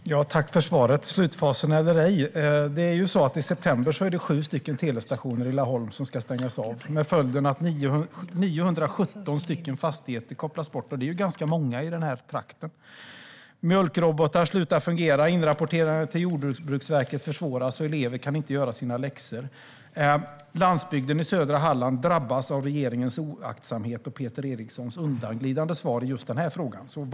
Fru talman! Jag tackar för svaret. Slutfas eller ej - i september är det sju telestationer i Laholm som ska stängas av med följden att 917 fastigheter kopplas bort, och det är ganska många i den här trakten. Mjölkrobotar slutar att fungera, inrapporterandet till Jordbruksverket försvåras och elever kan inte göra sina läxor. Landsbygden i södra Halland drabbas av regeringens oaktsamhet och Peter Erikssons undanglidande svar i just den här frågan. Peter Eriksson!